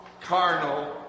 carnal